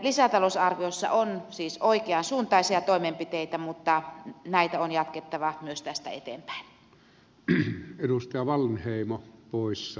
lisätalousarviossa on siis oikeansuuntaisia toimenpiteitä mutta näitä on jatkettava myös tästä eteenpäin